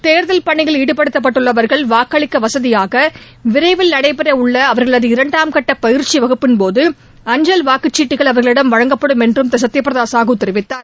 தேர்தல் பணியில் ஈடுபட்டுள்ளவர்கள் வாக்களிக்கவசதியாகவிரைவில் நடைபெறவுள்ளஅவர்களது இரண்டாம் கட்டபயிற்சிவகுப்பின் போது அஞ்சல் வாக்குச்சீட்டுகள் அவர்களிடம் வழங்கப்படும் என்றுதிருசத்யபிரதாசாஹூ தெரிவித்தார்